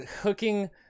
hooking